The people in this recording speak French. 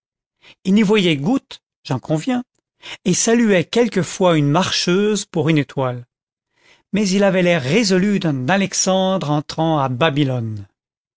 il n'y voyait goutte j'en conviens et saluait quelquefois une marcheuse pour une étoile mais il avait l'air résolu d'un alexandre entrant à babylone